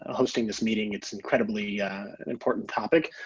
hosting this meeting, it's incredibly and important topic.